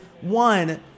one